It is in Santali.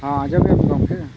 ᱦᱮᱸ ᱟᱸᱡᱚᱢᱮᱫᱟᱹᱧ ᱜᱚᱢᱠᱮ